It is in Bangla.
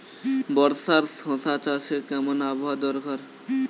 বর্ষার শশা চাষে কেমন আবহাওয়া দরকার?